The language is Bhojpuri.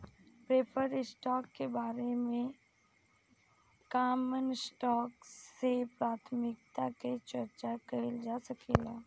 प्रेफर्ड स्टॉक के बारे में कॉमन स्टॉक से प्राथमिकता के चार्चा कईल जा सकेला